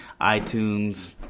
iTunes